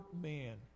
man